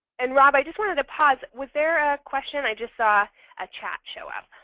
and rob, i just wanted to pause. was there a question? i just saw a chat show up.